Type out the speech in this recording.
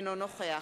אינו נוכח